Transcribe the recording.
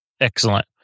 Excellent